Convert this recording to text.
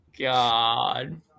God